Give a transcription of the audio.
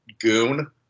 goon